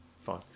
fine